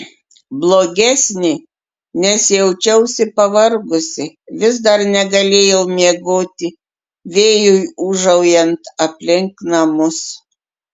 blogesnė nes jaučiausi pavargusi vis dar negalėjau miegoti vėjui ūžaujant aplink namus